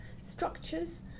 structures